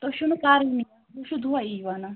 تُہۍ چھُ نہٕ کَرنٕے تُہۍ چھُ دۅہے یٖی وَنان